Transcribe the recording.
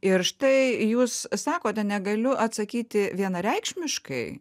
ir štai jūs sakote negaliu atsakyti vienareikšmiškai